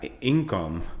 income